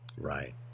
Right